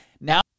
now